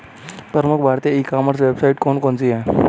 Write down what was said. प्रमुख भारतीय e commerce website कौन कौन सी हैं?